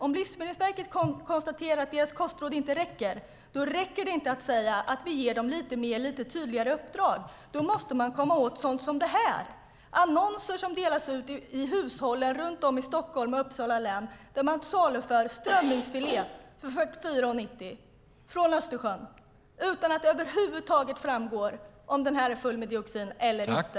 Om Livsmedelsverket konstaterar att deras kostråd inte är tillräckliga räcker det inte med att säga att vi ger dem lite tydligare uppdrag. Man måste komma åt sådant som sådana här annonser som delas ut till hushållen i Stockholm och Uppsala där man saluför strömmingsfilé från Östersjön för 44,90 utan att det framgår om den är full med dioxin eller inte.